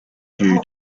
due